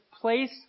place